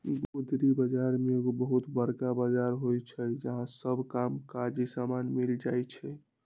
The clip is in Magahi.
गुदरी बजार में एगो बहुत बरका बजार होइ छइ जहा सब काम काजी समान मिल जाइ छइ